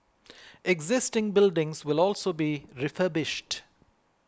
existing buildings will also be refurbished